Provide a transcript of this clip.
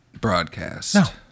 broadcast